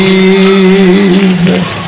Jesus